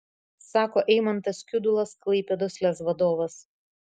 sako eimantas kiudulas klaipėdos lez vadovas